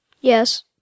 Yes